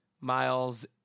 Miles